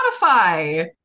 Spotify